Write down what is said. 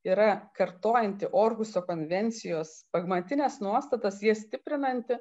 yra kartojanti orguso konvencijos pamatines nuostatas jas stiprinanti